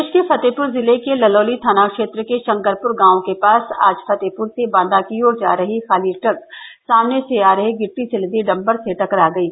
प्रदेष के फतेहपुर जिले के ललौली थाना क्षेत्र के षंकरपुर गांव के पास आज फतेहपुर से बांदा की ओर जा रही खाली ट्रक सामने से आ रहे गिट्टी लदे डम्फर से टकरा गयी